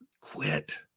quit